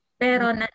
pero